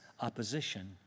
opposition